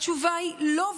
התשובה היא לא,